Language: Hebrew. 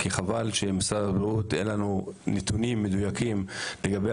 וחבל שבמשרד הבריאות אין לנו נתונים מדויקים לגבי